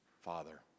Father